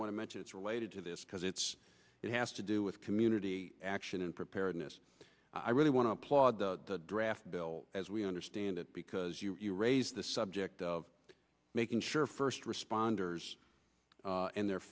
want to mention it's related to this because it's it has to do with community action and preparedness i really want to applaud the draft bill as we understand it because you're raised the subject of making sure first responders and their